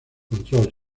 control